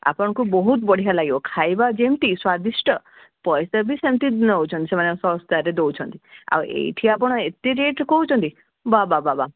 ଆପଣଙ୍କୁ ବହୁତ ବଢ଼ିଆ ଲାଗିବ ଖାଇବା ଯେମିତି ସ୍ୱାଦିଷ୍ଟ ପଇସା ବି ସେମିତି ନଉଛନ୍ତି ସେମାନେ ଶସ୍ତାରେ ଦଉଛନ୍ତି ଆଉ ଏଇଠି ଆପଣ ଏତେ ରେଟ୍ କହୁଛନ୍ତି ବା ବା ବା